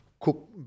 Cook